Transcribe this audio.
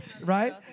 right